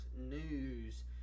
news